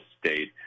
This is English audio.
state